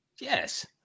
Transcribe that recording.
yes